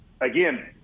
Again